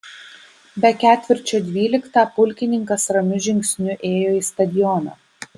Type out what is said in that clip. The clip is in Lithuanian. be ketvirčio dvyliktą pulkininkas ramiu žingsniu ėjo į stadioną